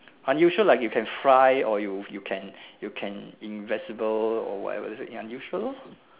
unusual like you can fly or you you can you can invincible or whatever unusual lah